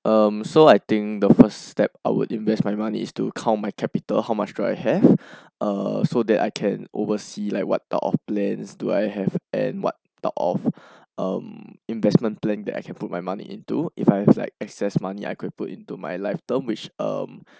um so I think the first step I would invest my money is to count my capital how much do I have uh so that I can oversee like what type of plans do I have and what type of um investment plan that I can put my money into if I have like excess money I could put into my life term which erm